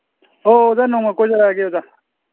ꯍꯣ ꯑꯣꯖꯥ ꯅꯣꯡꯃ ꯀꯣꯏꯖꯔꯛꯑꯒꯦ ꯑꯣꯖꯥ